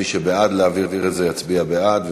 מי שבעד להעביר את זה יצביע בעד,